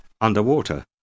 underwater